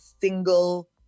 single